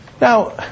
Now